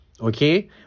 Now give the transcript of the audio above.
okay